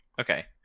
okay